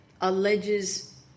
alleges